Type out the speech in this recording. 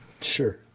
Sure